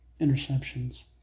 interceptions